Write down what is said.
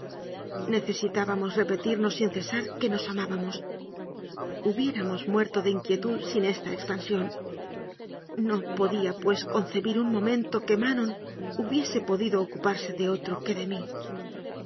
necesitábamos repetirnos sin cesar que nos amábamos hubiéramos muerto de inquietud sin esta expansión no podía pues concebir un momento que manon hubiese podido ocuparse de otro que de mí